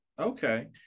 okay